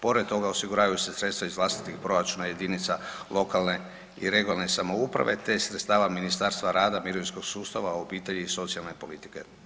Pored toga, osiguravaju se sredstva iz vlastitih proračuna jedinica lokalne i regionalne samouprave, te iz sredstva Ministarstva rada, mirovinskog sustava, obitelji i socijalne politike.